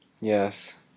Yes